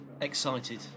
excited